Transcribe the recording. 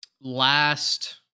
last